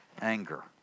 anger